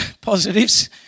positives